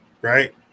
Right